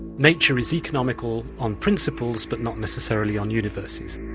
nature is economical on principles but not necessarily on universes.